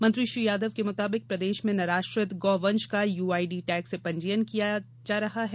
मंत्री श्री यादव के मुताबिक प्रदेश में निराश्रित गौ वंश का यूआईडी टैग से पंजीयन किया जा रहा है